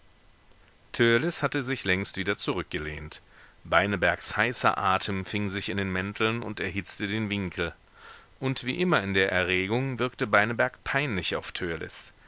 hatte sich längst wieder zurückgelehnt beinebergs heißer atem fing sich in den mänteln und erhitzte den winkel und wie immer in der erregung wirkte beineberg peinlich auf